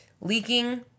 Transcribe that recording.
leaking